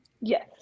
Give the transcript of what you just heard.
Yes